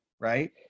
Right